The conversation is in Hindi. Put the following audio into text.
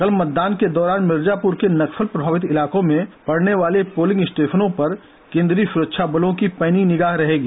कल मतदान के दौरान मिर्जापुर के नक्सल प्रभावित इलाकों मे पड़ने वाले पोलिंग स्टेशनों पर केन्द्रीय सरक्षा बलों की पैनी निगाह रहेगी